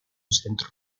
centro